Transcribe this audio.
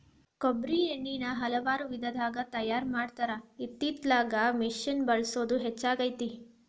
ಕೊಬ್ಬ್ರಿ ಎಣ್ಣಿನಾ ಹಲವಾರು ವಿಧದಾಗ ತಯಾರಾ ಮಾಡತಾರ ಇತ್ತಿತ್ತಲಾಗ ಮಿಷಿನ್ ಬಳಸುದ ಹೆಚ್ಚಾಗೆತಿ